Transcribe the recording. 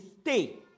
stay